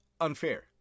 unfair